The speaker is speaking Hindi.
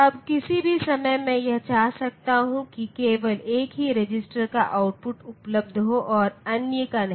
अब किसी भी समय मैं यह चाह सकता हूं कि केवल एक ही रजिस्टर का आउटपुट उपलब्ध हो और अन्य का नहीं